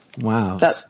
Wow